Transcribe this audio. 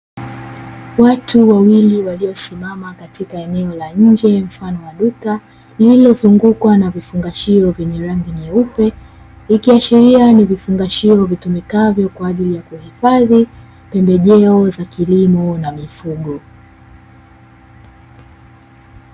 Watu wawili waliosimama katika eneo la nje mfano wa duka lililozungukwa na vifungashio vyenye rangi nyeupe, ikiashiria ni vifungashio vitumikavyo kwa ajili ya kuhifadhi pembejeo za kilimo na mifugo.